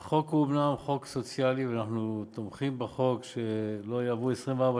אנחנו עוברים להצעת חוק סדר הדין הפלילי (סמכויות אכיפה,